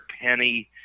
Penny